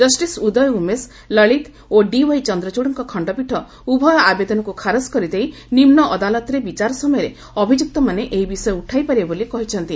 justice Uday Umesh Lalit ଓ D Y ଚନ୍ଦ୍ରଚ୍ଚଡ଼ଙ୍କ ଖଣ୍ଡପୀଠ ଉଭୟ ଆବେଦନକୁ ଖାରଜ କରିଦେଇ ନିମୁ ଅଦାଲତରେ ବିଚାର ସମୟରେ ଅଭିଯୁକ୍ତମାନେ ଏହି ବିଷୟ ଉଠାଇପାରିବେ ବୋଲି କହିଛନ୍ତି